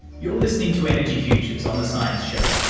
you're listening to energy futures on the science show.